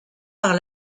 par